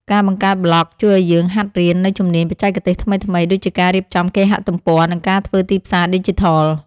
ការបង្កើតប្លក់ជួយឱ្យយើងហាត់រៀននូវជំនាញបច្ចេកទេសថ្មីៗ ដូចជាការរៀបចំគេហទំព័រ និងការធ្វើទីផ្សារឌីជីថល។